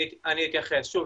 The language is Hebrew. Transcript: שב,